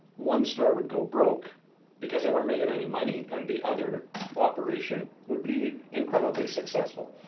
one store would go broke because they weren't making any money, and the other operation would be incredibly successful.